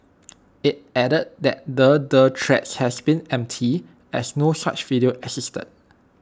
IT added that the the threats has been empty as no such video existed